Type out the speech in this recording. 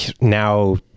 now